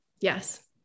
yes